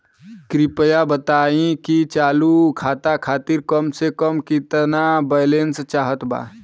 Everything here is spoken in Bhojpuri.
कृपया बताई कि चालू खाता खातिर कम से कम केतना बैलैंस चाहत बा